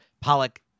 Pollock